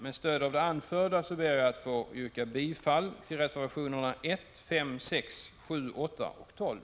Med stöd av det anförda ber jag få yrka bifall till reservationerna 1, 5, 6, 7, 8 och 12.